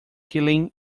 killing